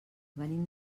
venim